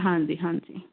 ਹਾਂਜੀ ਹਾਂਜੀ